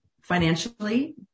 financially